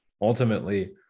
ultimately